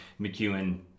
McEwen